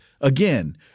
again